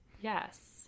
Yes